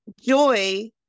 joy